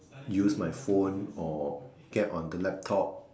use my phone or get on the laptop